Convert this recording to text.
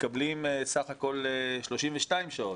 מקבלים בסך הכול 32 שעות.